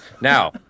Now